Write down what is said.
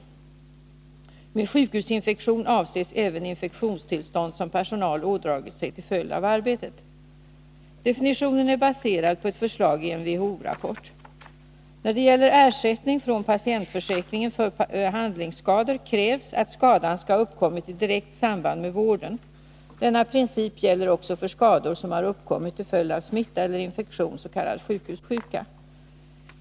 Med sjukhusinfektion avses även infektionstillstånd som personal ådragit sig till följd av arbetet. Definitionen är baserad på ett förslag i en WHO-rapport. När det gäller ersättning från patientförsäkringen för behandlingsskador krävs att skadan skall ha uppkommit i direkt samband med vården. Denna princip gäller också för skador som har uppkommit till följd av smitta eller infektion, s.k. sjukhussjuka.